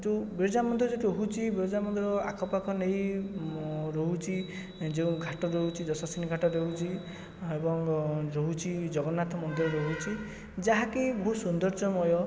ଯେଉଁ ବିରଜା ମନ୍ଦିର ଯେ ରହୁଛି ବିରଜା ମନ୍ଦିର ଆଖପାଖ ନେଇ ରହୁଛି ଯେଉଁ ଘାଟ ରହୁଛି ଯଶସ୍ଵିନୀ ଘାଟ ରହୁଛି ଏବଂ ରହୁଛି ଜଗନ୍ନାଥ ମନ୍ଦିର ରହୁଛି ଯାହାକି ବହୁତ ସୌନ୍ଦର୍ଯ୍ୟମୟ